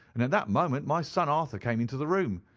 and at that moment my son arthur came into the room.